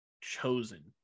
chosen